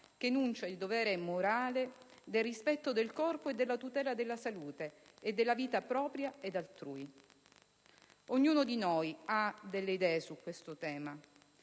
che enuncia il dovere morale del rispetto del corpo e della tutela della salute e della vita propria ed altrui. Ognuno di noi ha delle idee su questo tema.